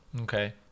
Okay